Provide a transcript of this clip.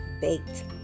baked